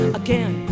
again